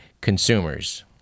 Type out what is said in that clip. consumers